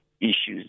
issues